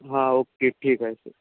हां ओके ठीक आहे सर